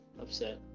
upset